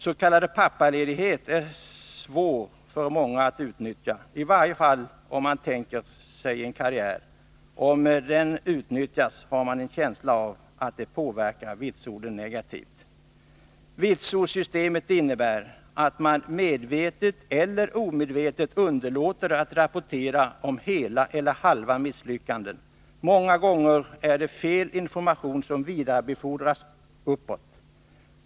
S. k. pappaledighet är svår för många att utnyttja, i varje fall om man tänker sig en karriär. Om den utnyttjas har man en känsla av att det påverkar vitsorden negativt. Vitsordssystemet innebär att man medvetet eller omedvetet underlåter att rapportera hela eller halva misslyckanden. Många gånger är det fel information som vidarebefordras uppåt.